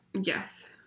Yes